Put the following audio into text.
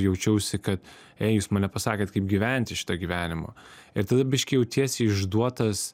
jaučiausi kad ei jūs man nepasakėt kaip gyventi šitą gyvenimą ir tada biškį jautiesi išduotas